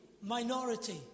minority